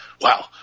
Wow